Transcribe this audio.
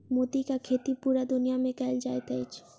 मोतीक खेती पूरा दुनिया मे कयल जाइत अछि